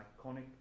iconic